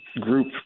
group